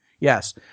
Yes